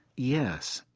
yes.